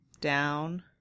down